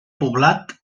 poblat